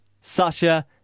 Sasha